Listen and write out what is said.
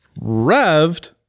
Revved